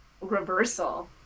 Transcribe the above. reversal